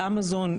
אמזון,